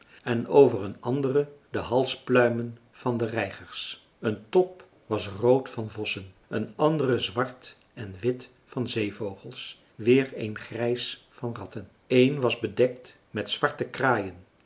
en over een andere de halspluimen van de reigers een top was rood van vossen een andere zwart en wit van zeevogels weer een grijs van ratten een was bedekt met zwarte kraaien